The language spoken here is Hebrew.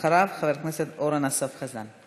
אחריו, חבר הכנסת אורן אסף חזן.